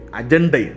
agenda